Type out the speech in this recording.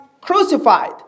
crucified